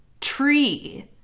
tree